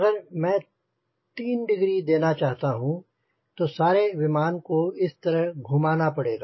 अगर मैं 3 डिग्री देना चाहता हूंँ तो सारे विमान को इस तरह घूमाना पड़ेगा